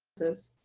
this,